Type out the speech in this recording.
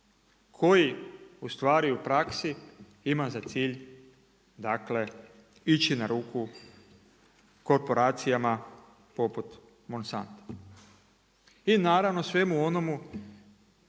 koji u stvari u praksi ima za cilj dakle, ići na ruku, korporacijama poput Monsana. I naravno svemu onomu